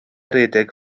rhedeg